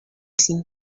sin